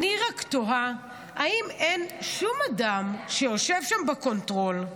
אני רק תוהה: האם אין שום אדם שיושב שם בקונטרול,